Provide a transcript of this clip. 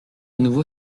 nouveau